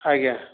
ଆଜ୍ଞା